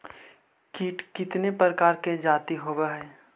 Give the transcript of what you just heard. कीट कीतने प्रकार के जाती होबहय?